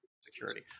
security